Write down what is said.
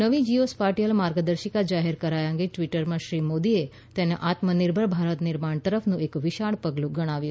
નવી geospatial માર્ગદર્શિકા જાહેર કરાયા અંગે ટ્વીટમાં શ્રી મોદીએ તેને આત્મનિર્ભર ભારત નિર્માણ તરફનું એક વિશાળ પગલું ગણાવ્યું